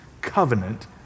covenant